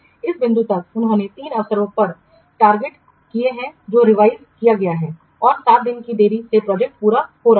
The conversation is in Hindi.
इस बिंदु तक उन्होंने तीन अवसरों पर टारगेट डेट्सलक्ष्य तिथियों को रिवाइजसंशोधित किया है और सात दिनों की देरी से प्रोजेक्ट पूरा हो रहा है